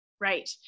Right